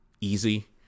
easy